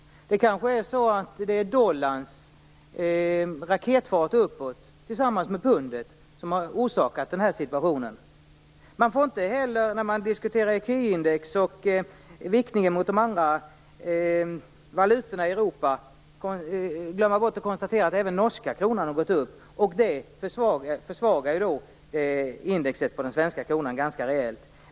Det är kanske dollarns raketfart uppåt tillsammans med pundet som har orsakat denna situation. Man får inte heller när man diskuterar ecuindex och viktningen mot de andra valutorna i Europa glömma bort att konstatera att även norska kronan har gått upp. Det försvagar indexet på den svenska kronan ganska rejält.